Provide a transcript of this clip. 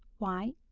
why,